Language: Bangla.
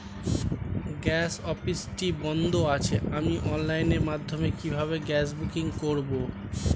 গ্যাস অফিসটি বন্ধ আছে আমি অনলাইনের মাধ্যমে কিভাবে গ্যাস বুকিং করব?